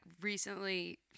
recently